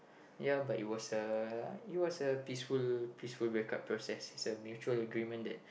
ya but it was a it was a peaceful peaceful breakup process it's a mutual agreement that